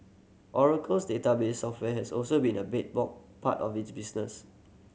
Oracle's database software has also been a bedrock part of its business